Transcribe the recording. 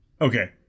okay